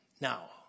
Now